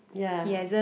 ya